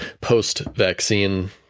post-vaccine